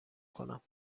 کنم